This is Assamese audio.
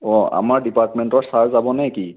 অঁ আমাৰ ডিপাৰ্টমেণ্টৰ ছাৰ যাবনে কি